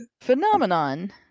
phenomenon